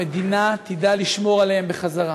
המדינה תדע לשמור עליהם בחזרה.